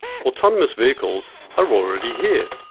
autonomous vehicles are already here.